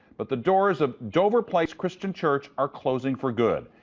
but the doors of dover place christian church are closing for good.